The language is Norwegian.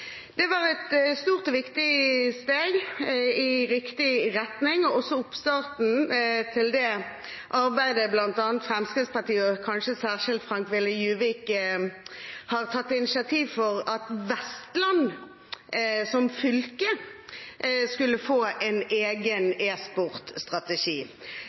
Det var et stort og viktig steg i riktig retning. Det var også oppstarten til det arbeidet som bl.a. Fremskrittspartiet – og kanskje særskilt Frank Willy Djuvik – har tatt initiativ til, for at Vestland som fylke skulle få en